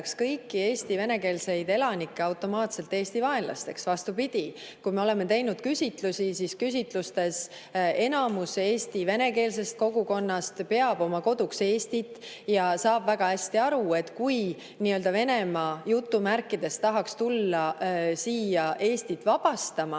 kõiki Eesti venekeelseid elanikke automaatselt Eesti vaenlasteks. Vastupidi, kui me oleme teinud küsitlusi, siis küsitlustes enamus Eesti venekeelsest kogukonnast peab oma koduks Eestit ja saab väga hästi aru, et kui Venemaa tahaks tulla siia Eestit "vabastama",